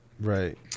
right